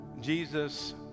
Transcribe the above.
Jesus